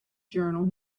journal